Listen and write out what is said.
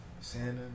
Santa